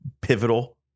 pivotal